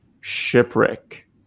shipwreck